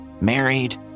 married